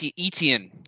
Etienne